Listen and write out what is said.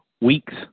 weeks